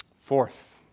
Fourth